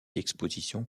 d’exposition